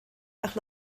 nach